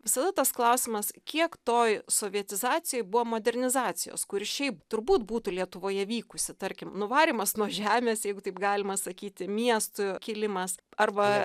visada tas klausimas kiek toj sovietizacijoj buvo modernizacijos kur šiaip turbūt būtų lietuvoje vykusi tarkim nuvarymas nuo žemės jeigu taip galima sakyti miestų kilimas arba